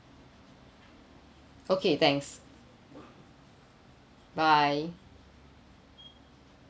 okay thanks bye